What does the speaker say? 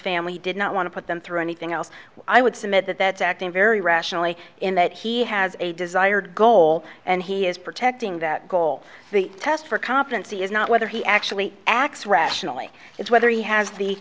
family did not want to put them through anything else i would submit that that's acting very rationally in that he has a desired goal and he is protecting that goal the test for competency is not whether he actually acts rationally it's whether he has the